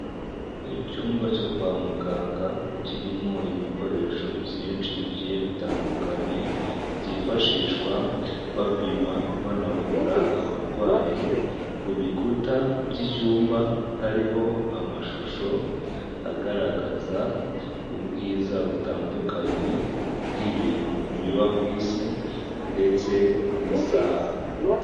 Icyumba cyo kwa muganga kirimo ibikoresho byinshi bigiye bitandukanye byifashishwa bapima banavura abarwayi, ku bikuta by'icyumba hariho amashusho agaragaza ubwiza butandukanye bw'ibintu biba ku isi ndetse n'isaha.